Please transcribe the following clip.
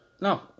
No